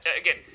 again